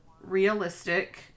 realistic